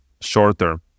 shorter